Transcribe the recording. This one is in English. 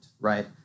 right